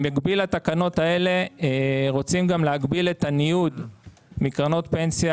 במקביל לתקנות האלה רוצים גם להגביל את הניוד מקרנות פנסיה